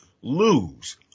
lose